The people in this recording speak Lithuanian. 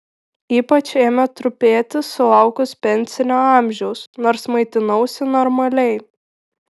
ypač ėmė trupėti sulaukus pensinio amžiaus nors maitinausi normaliai